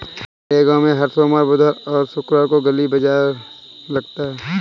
मेरे गांव में हर सोमवार बुधवार और शुक्रवार को गली बाजार लगता है